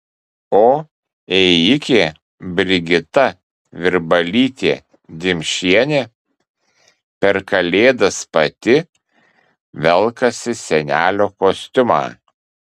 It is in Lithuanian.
o ėjikė brigita virbalytė dimšienė per kalėdas pati velkasi senelio kostiumą